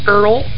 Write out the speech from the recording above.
Earl